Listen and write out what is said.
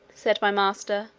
said my master,